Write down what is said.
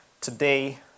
today